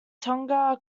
tonga